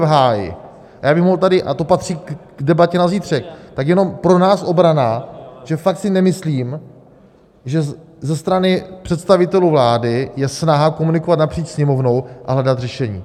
A já bych mohl tady a to patří k debatě na zítřek, tak jenom pro nás obrana že fakt si nemyslím, že ze strany představitelů vlády je snaha komunikovat napříč Sněmovnou a hledat řešení.